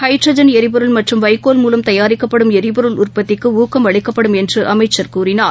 hydrogen எரிபொருள் மற்றும் வைக்கோல் மூலம் தயாரிக்கப்படும் எரிபொருள் உற்பத்திக்குஊக்கம் அளிக்கப்படும் என்றுஅமைச்சர் கூறினார்